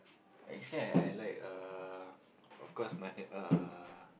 I say I I like uh of course my uh